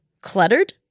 Cluttered